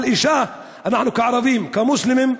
על אישה, אנחנו כערבים, כמוסלמים,